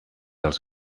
els